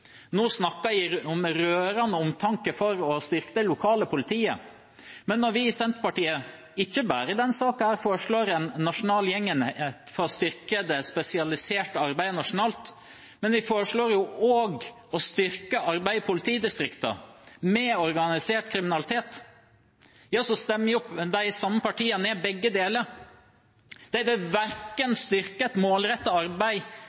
rørende omtanke om å styrke det lokale politiet. Men når vi i Senterpartiet – ikke bare i denne saken – foreslår en nasjonal gjengenhet for å styrke det spesialiserte arbeidet nasjonalt, og vi foreslår å styrke arbeidet mot organisert kriminalitet i politidistriktene, så stemmer de samme partiene ned begge deler. De vil verken styrke et målrettet arbeid